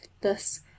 Thus